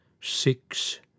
Six